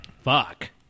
Fuck